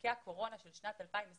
במענקי הקורונה של שנת 2021,